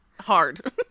hard